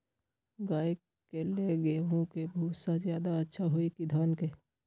गाय के ले गेंहू के भूसा ज्यादा अच्छा होई की धान के?